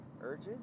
urges